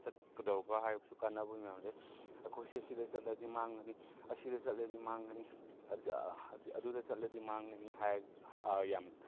ꯆꯠꯀꯗꯧꯕ ꯍꯥꯏꯕꯁꯨ ꯀꯥꯟꯅꯕ ꯃꯌꯥꯝ ꯂꯩ ꯑꯩꯈꯣꯏꯁꯦ ꯁꯤꯗ ꯆꯠꯂꯗꯤ ꯃꯥꯡꯒꯅꯤ ꯑꯁꯤꯗ ꯆꯠꯂꯗꯤ ꯃꯥꯡꯒꯅꯤ ꯑꯗꯨꯁꯨ ꯑꯗꯨꯗ ꯆꯠꯂꯗꯤ ꯃꯥꯡꯒꯅꯤ ꯌꯥꯝ